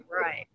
Right